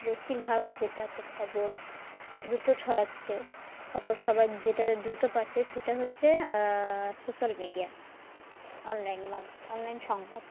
বেশিরভাগ যেটাতে খবর দ্রুত ছড়াচ্ছে খবর সবাই যেটাতে দ্রুত পাচ্ছে সেটা হচ্ছে সোশ্যাল মিডিয়া অনলাইন মাধ্যম অনলাইন সংবাদ